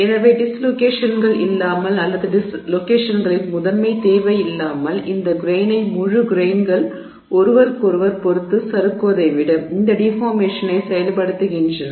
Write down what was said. எனவே டிஸ்லோகேஷன்கள் இல்லாமல் அல்லது டிஸ்லோகேஷன்களின் முதன்மை தேவை இல்லாமல் இந்த கிரெய்னை முழு கிரெய்ன்கள் ஒருவருக்கொருவர் பொறுத்து சறுக்குவதை விட இந்த டிஃபார்மேஷனை செயல்படுத்துகின்றன